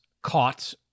caught